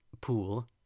Pool